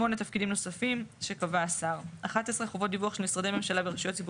מבנה ותפקוד של אזור נתון על כל מרכיביו הביולוגיים והפיזיים,